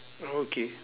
oh okay